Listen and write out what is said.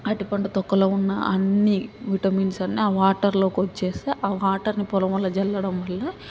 ఆ అరటిపండు తొక్కలో ఉన్న అన్నీ విటమిన్స్ అన్నీ ఆ వాటర్లోకి వచ్చేస్తాయి ఆ వాటర్ని పొలంలో చల్లడం వల్ల